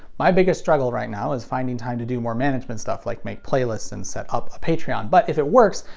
my biggest struggle right now is finding time to do more management stuff, like make playlists and set up a patreon. but if it works,